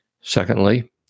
Secondly